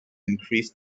increased